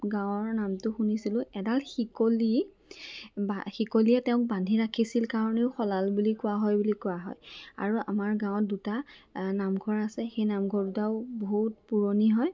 গাঁৱৰ নামটো শুনিছিলোঁ এডাল শিকলি বা শিকলিয়ে তেওঁক বান্ধি ৰাখিছিল কাৰণেও শলাল বুলি কোৱা হয় বুলি কোৱা হয় আৰু আমাৰ গাঁৱত এ দুটা নামঘৰ আছে সেই নামঘৰ দুটাও বহুত পুৰণি হয়